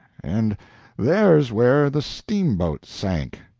and there's where the steamboat sank.